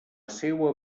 seua